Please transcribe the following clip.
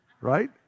Right